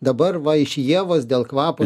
dabar va iš ievos dėl kvapo